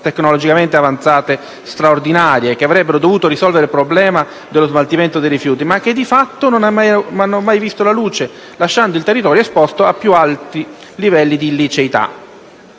tecnologicamente avanzate straordinarie, che avrebbero dovuto risolvere il problema dello smaltimento dei rifiuti, ma che di fatto non hanno mai visto la luce, lasciando il territorio esposto a più livelli di illiceità.